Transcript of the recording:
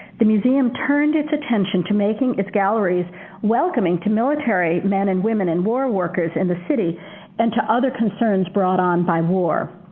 the museum turned its attention to making its galleries welcoming to military men and women and war workers in the city and to other concerns brought on by war.